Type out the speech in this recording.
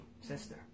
sister